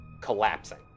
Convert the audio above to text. collapsing